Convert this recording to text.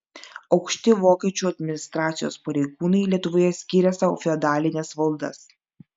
aukšti vokiečių administracijos pareigūnai lietuvoje skyrė sau feodalines valdas